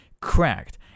cracked